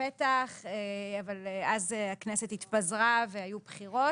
בפתח אבל אז הכנסת התפזרה והיו בחירות.